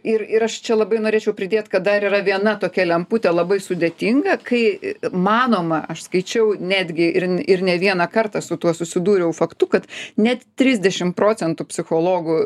ir ir aš čia labai norėčiau pridėt kad dar yra viena tokia lemputė labai sudėtinga kai manoma aš skaičiau netgi ir ir ne vieną kartą su tuo susidūriau faktu kad net trisdešim procentų psichologų